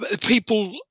People